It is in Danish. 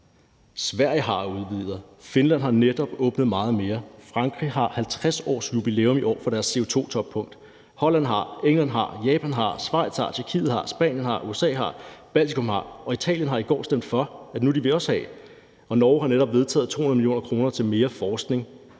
Sverige har udvidet, Finland har netop åbnet meget mere, Frankrig har 50-årsjubilæum i år for deres CO2-toppunkt. Holland har, England har, Japan har, Schweiz har, Tjekkiet har, Spanien har, USA har, Baltikum har, og Italien har i går stemt for, at nu vil de også have. I Norge har man netop vedtaget at give 200 mio. kr. til mere forskning